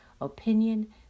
opinion